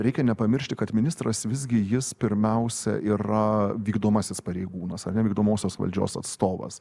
reikia nepamiršti kad ministras visgi jis pirmiausia yra vykdomasis pareigūnas ar ne vykdomosios valdžios atstovas